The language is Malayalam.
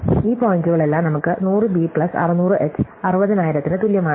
ഈ പോയിന്റുകളെല്ലാം നമുക്ക് 100 ബി പ്ലസ് 600 എച്ച് 60000 ന് തുല്യമാണ്